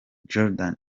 jordan